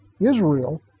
Israel